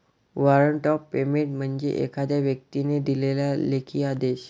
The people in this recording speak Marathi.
वॉरंट ऑफ पेमेंट म्हणजे एखाद्या व्यक्तीने दिलेला लेखी आदेश